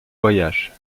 voyage